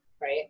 right